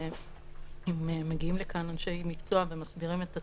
ואם מגיעים לכאן אנשי מקצוע ומסבירים את הצורך,